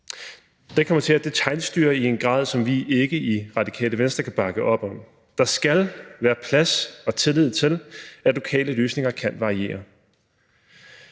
der kommer til at detailstyre i en grad, som vi i Radikale Venstre ikke kan bakke op om. Der skal være plads og tillid til, at lokale løsninger kan variere.